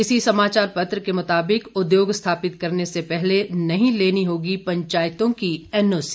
इसी समाचार पत्र के मुताबिक उद्योग स्थापित करने से पहले नहीं लेनी होगी पंचायतों की एनओसी